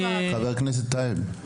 חבר הכנסת טייב,